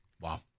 Wow